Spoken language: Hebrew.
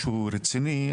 משהו רציני,